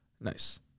Nice